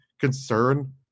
concern